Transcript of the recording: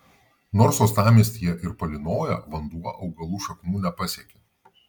nors uostamiestyje ir palynoja vanduo augalų šaknų nepasiekia